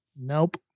Nope